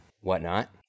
whatnot